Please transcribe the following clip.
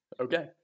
Okay